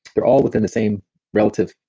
they're all within the same relative,